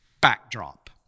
backdrop